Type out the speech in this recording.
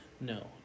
No